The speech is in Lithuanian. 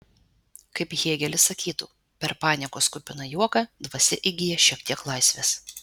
kaip hėgelis sakytų per paniekos kupiną juoką dvasia įgyja šiek tiek laisvės